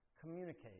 communicate